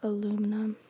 Aluminum